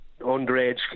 underage